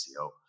SEO